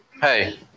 Hey